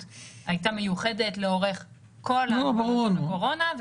הייתה מיוחדת לאורך כל תקופת הקורונה.